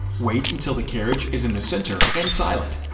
wait until the carriage is in the center and silent,